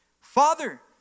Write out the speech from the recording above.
father